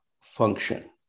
function